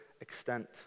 extent